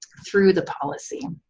through the policy.